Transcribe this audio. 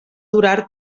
durar